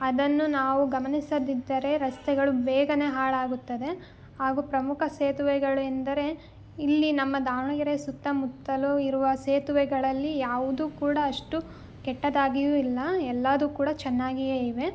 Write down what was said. ಅದನ್ನು ನಾವು ಗಮನಿಸದಿದ್ದರೆ ರಸ್ತೆಗಳು ಬೇಗ ಹಾಳಾಗುತ್ತದೆ ಹಾಗು ಪ್ರಮುಖ ಸೇತುವೆಗಳು ಎಂದರೆ ಇಲ್ಲಿ ನಮ್ಮ ದಾವಣಗೆರೆ ಸುತ್ತಮುತ್ತಲು ಇರುವ ಸೇತುವೆಗಳಲ್ಲಿ ಯಾವುದೂ ಕೂಡ ಅಷ್ಟು ಕೆಟ್ಟದಾಗಿ ಇಲ್ಲ ಎಲ್ಲವೂ ಕೂಡ ಚೆನ್ನಾಗಿಯೇ ಇವೆ